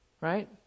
Right